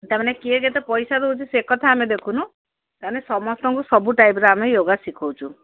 ତା ମାନେ କିଏ କେତେ ପଇସା ଦେଉଛି ସେ କଥା ଆମେ ଦେଖୁନୁ ତାମାନେ ସମସ୍ତଙ୍କୁ ସବୁ ଟାଇପ୍ର ଆମେ ୟୋଗା ଶିଖାଉଛୁ